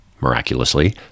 miraculously